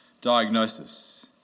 diagnosis